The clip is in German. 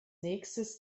nächstes